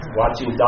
watching